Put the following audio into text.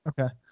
Okay